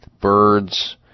birds